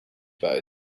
buiten